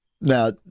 Now